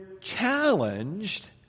challenged